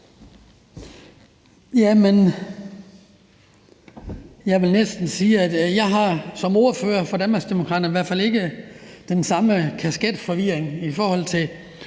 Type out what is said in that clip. Jeg vil næsten sige, at jeg som ordfører for Danmarksdemokraterne i hvert fald ikke har den samme kasketforvirring i forhold til